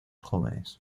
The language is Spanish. jóvenes